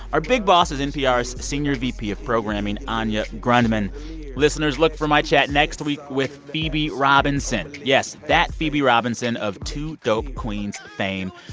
our big boss is npr's senior vp of programming, anya grundmann listeners, look for my chat next week with phoebe robinson yes, that phoebe robinson of two dope queens fame.